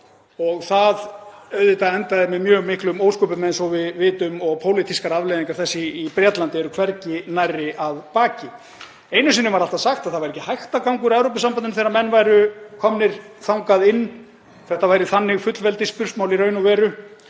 og það auðvitað endaði með mjög miklum ósköpum eins og við vitum og pólitískar afleiðingar þess í Bretlandi eru hvergi nærri að baki. Einu sinni var alltaf sagt að það væri ekki hægt að ganga úr Evrópusambandinu þegar menn væru komnir þangað inn. Þetta væri þannig fullveldisspursmál í raun og veru